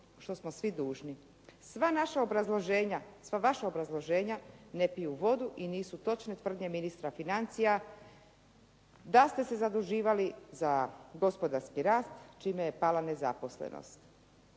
što smo svi dužni. Sva naša obrazloženja, sva vaša obrazloženja ne piju vodu i nisu točne izjave ministra financija da ste se zaduživali za gospodarski rast čime je pala nezaposlenost.